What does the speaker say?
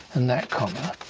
and that comma,